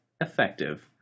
effective